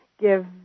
give